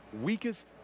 weakest